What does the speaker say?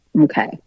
Okay